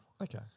Okay